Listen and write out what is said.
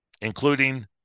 including